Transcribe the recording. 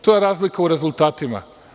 To je razlika u rezultatima.